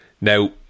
Now